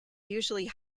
usually